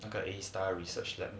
那个 A_star research lab